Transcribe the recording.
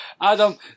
Adam